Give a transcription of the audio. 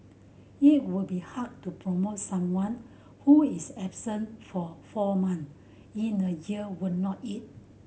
it would be hard to promote someone who is absent for four months in a year would not it